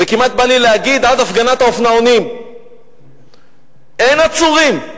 וכמעט בא לי להגיד: עד הפגנת האופנוענים אין עצורים.